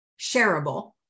shareable